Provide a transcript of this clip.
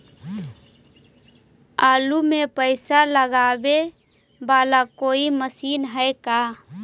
आलू मे पासा लगाबे बाला कोइ मशीन है का?